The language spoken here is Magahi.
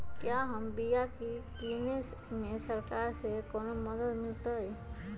क्या हम बिया की किने में सरकार से कोनो मदद मिलतई?